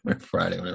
Friday